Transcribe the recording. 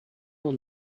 will